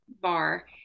bar